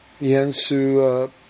Yensu